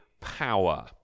power